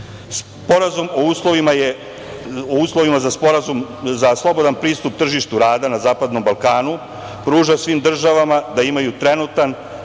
zemlje. Sporazum o uslovima za slobodan pristup tržištu rada na zapadnom Balkanu pruža svim državama da imaju trenutan